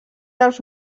dels